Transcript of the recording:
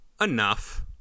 Enough